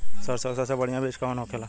सरसों का सबसे बढ़ियां बीज कवन होखेला?